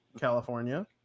California